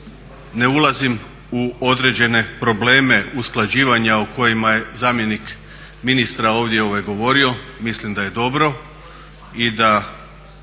Hvala vam